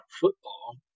football